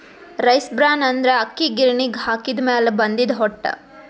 rice bran ಅಂದ್ರ ಅಕ್ಕಿ ಗಿರಿಣಿಗ್ ಹಾಕಿದ್ದ್ ಮ್ಯಾಲ್ ಬಂದಿದ್ದ್ ಹೊಟ್ಟ